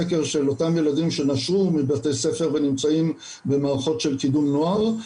סקר של אותם ילדים שנשרו מבתי ספר ונמצאים במערכות של קידום נוער.